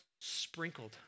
sprinkled